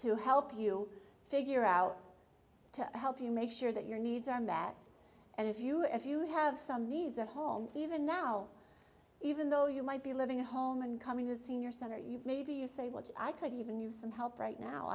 to help you figure out to help you make sure that your needs are met and if you if you have some needs at home even now even though you might be living at home and coming the senior center you maybe you save i could even use some help right now